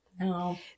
No